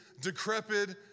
decrepit